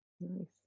Nice